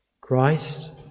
Christ